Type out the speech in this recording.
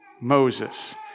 Moses